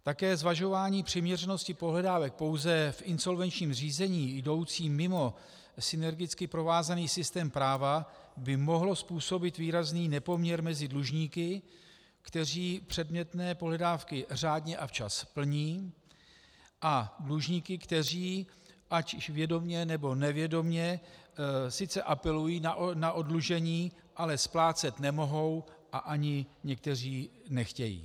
Také zvažování přiměřenosti pohledávek pouze v insolvenčním řízením jdoucím mimo synergicky provázaný systém práva, by mohlo způsobit výrazný nepoměr mezi dlužníky, kteří předmětné pohledávky řádně a včas plní, a dlužníky, kteří ať již vědomě, nebo nevědomě sice apelují na oddlužení, ale splácet nemohou a ani někteří nechtějí.